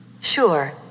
Sure